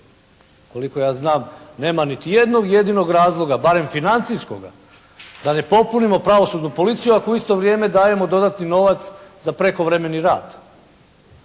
Koliko ja znam nema niti jednog jedinog razloga barem financijskoga da ne popunimo Pravosudnu policiju ako u isto vrijeme dajemo dodatni novac za prekovremeni rad.